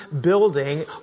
building